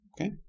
Okay